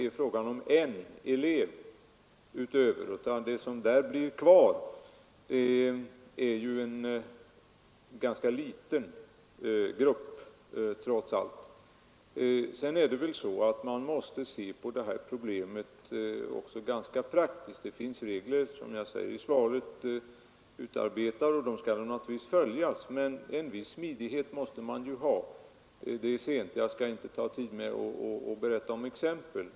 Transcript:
De klasser som då är kvar är ju trots allt en ganska liten grupp. Sedan måste vi väl också se på detta problem litet praktiskt. Som jag säger i svaret finns regler utarbetade, och de skall naturligtvis följas, men en viss smidighet måste man ändå ha vid tillämpningen. Eftersom timmen nu är sen skall jag bara ta ett exempel.